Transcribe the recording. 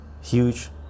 huge